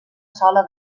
sola